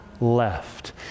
left